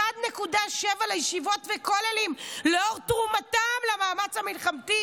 ו-1.7 לישיבות ולכוללים לאור תרומתם למאמץ המלחמתי,